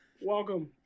Welcome